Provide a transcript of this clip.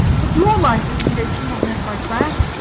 but your life, at any rate, shall not end like that.